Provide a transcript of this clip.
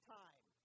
time